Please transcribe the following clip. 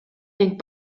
ning